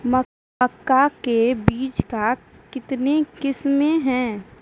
मक्का के बीज का कितने किसमें हैं?